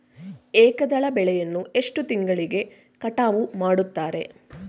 ಏಕದಳ ಬೆಳೆಯನ್ನು ಎಷ್ಟು ತಿಂಗಳಿಗೆ ಕಟಾವು ಮಾಡುತ್ತಾರೆ?